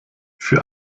für